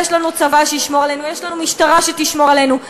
יש לנו צבא שישמור עלינו,